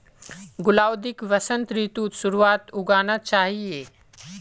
गुलाउदीक वसंत ऋतुर शुरुआत्त उगाना चाहिऐ